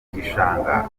gishanga